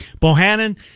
Bohannon